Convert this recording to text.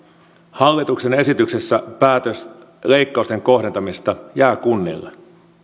hallituksen esityksessä päätös leikkausten kohdentamisesta jää kunnille